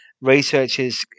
researchers